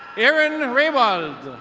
erin raywald.